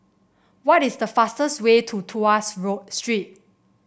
what is the fastest way to Tuas Road Street